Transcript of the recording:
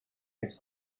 its